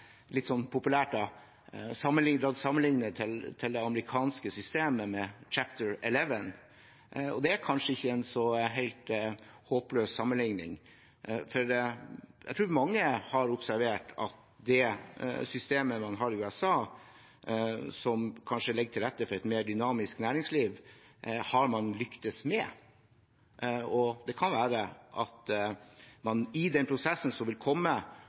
det amerikanske systemet med «Chapter 11». Det er kanskje ikke en helt håpløs sammenlikning, for jeg tror mange har observert at det systemet man har i USA, som kanskje legger til rette for et mer dynamisk næringsliv, har man lyktes med. Det kan være at man i den prosessen som vil komme